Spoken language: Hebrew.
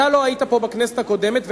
אתה לא היית פה בכנסת הקודמת,